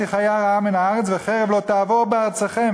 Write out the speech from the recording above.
חיה רעה מן הארץ וחרב לא תעבר בארצכם"